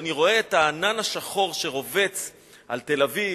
ואני רואה את הענן השחור שרובץ על תל-אביב,